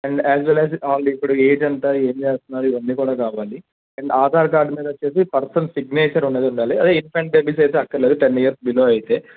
and as well as and ఇప్పుడు age ఎంత ఏం చేస్తున్నారు ఇవన్నీ కూడా కావాలి అండ్ ఆధార్ కార్డు మీద వచ్చి పర్సన్ సిగ్నేచర్ అనేది ఉండాలి అదే ఇన్ఫాన్ట్ బేబీస్ అయితే అక్కర్లేదు టెన్ ఇయర్స్ బిలో అయితే